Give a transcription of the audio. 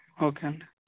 okay అండి